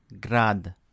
Grad